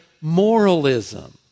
moralism